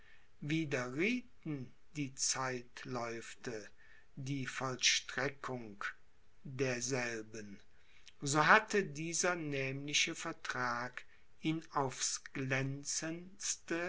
widerriethen die zeitläufte die vollstreckung derselben so hatte dieser nämliche vertrag ihn aufs glänzendste